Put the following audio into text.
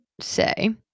say